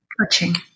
touching